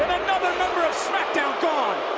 another number of smackdown gone.